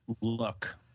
look